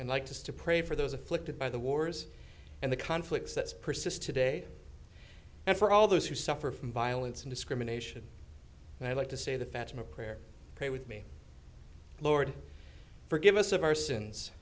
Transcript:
and like this to pray for those afflicted by the wars and the conflicts that's persist today and for all those who suffer from violence and discrimination and i like to say the fatma prayer pray with me lord forgive us of our sins